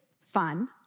fun